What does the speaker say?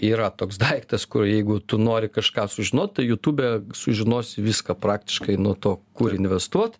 yra toks daiktas kur jeigu tu nori kažką sužinot tai jutube sužinosi viską praktiškai nuo to kur investuot